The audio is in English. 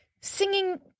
singing